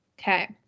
Okay